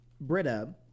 Britta